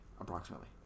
approximately